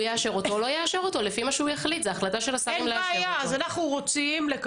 יאשר אותו או לא יאשר אותו לפי מה שהוא יחליט.